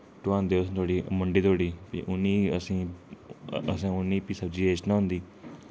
ढोआंदे उस धोड़ी मंडी धोड़ी फ्ही उनें ई असें ई असें उनें ई फ्ही सब्जी बेचना होंदी